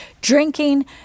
drinking